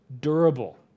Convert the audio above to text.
durable